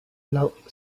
love